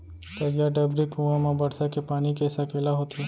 तरिया, डबरी, कुँआ म बरसा के पानी के सकेला होथे